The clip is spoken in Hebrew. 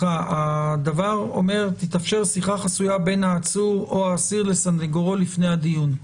הדבר אומר שתתאפשר שיחה חסויה בין העצור או האסיר לסנגורו לפני הדיון.